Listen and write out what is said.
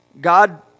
god